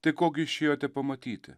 tai ko gi išėjote pamatyti